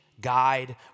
guide